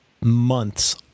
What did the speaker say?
months